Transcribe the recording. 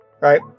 right